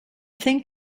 think